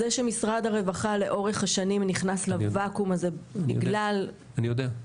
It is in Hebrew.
זה שמשרד הרווחה לאורך השנים נכנס לוואקום הזה בגלל --- אני יודע.